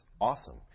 awesome